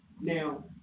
Now